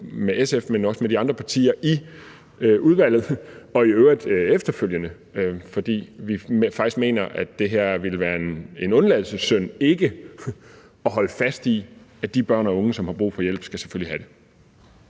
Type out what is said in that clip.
med SF, men også med de andre partier i udvalget og i øvrigt efterfølgende, fordi vi faktisk mener, at det ville være en undladelsessynd ikke at holde fast i, at de børn og unge, som har brug for hjælp, selvfølgelig skal have det.